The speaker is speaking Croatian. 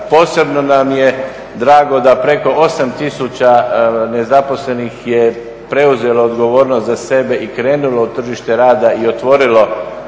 Posebno nam je drago da preko 8000 nezaposlenih je preuzelo odgovornost za sebe i krenulo u tržište rada i otvorilo